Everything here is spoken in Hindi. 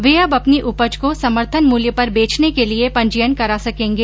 वे अब अपनी उपज को समर्थन मूल्य पर बेचने के लिये पंजीयन करा सकेंगे